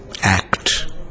act